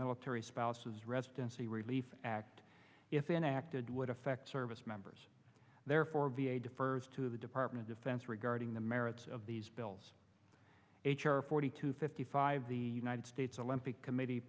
military spouses residency relief act if enacted would affect service members there for v a defers to the department defense regarding the merits of these bills h r forty two fifty five the united states olympic committee